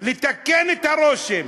לתקן את הרושם,